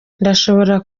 ndashobora